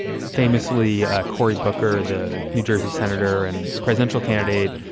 famously, cory booker, the new jersey senator and presidential candidate,